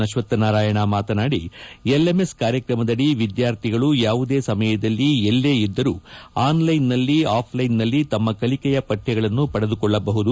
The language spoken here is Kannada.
ಅಶ್ವಕ್ವನಾರಾಯಣ ಮಾತನಾಡಿ ಎಲ್ ಎಂ ಎಸ್ ಕಾರ್ಯಕ್ರಮದಡಿ ವಿದ್ಯಾರ್ಥಿಗಳು ಯಾವುದೇ ಸಮಯದಲ್ಲಿ ಎಲ್ಲೇ ಇದ್ದರೂ ಆನ್ಲೈನ್ನಲ್ಲಿ ಆಫ್ಲೈನ್ನಲ್ಲಿ ತಮ್ಮ ಕಲಿಕೆಯ ಪಠ್ಯಗಳನ್ನು ಪಡೆದುಕೊಳ್ಳಬಹುದು